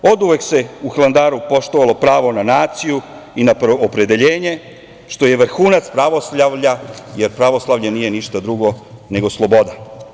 Oduvek se u Hilandaru poštovalo pravo na naciju i na opredeljenje, što je vrhunac pravoslavlja, jer pravoslavlje nije ništa drugo nego sloboda.